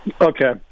Okay